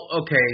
okay